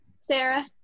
Sarah